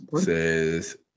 says